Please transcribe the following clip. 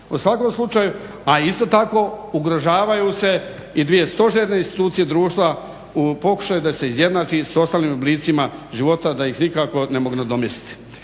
i deontologije. A isto tako ugrožavaju se i dvije stožerne institucije društva u pokušaju da se izjednači s ostalim oblicima života da ih nikako ne mogu nadomjestiti.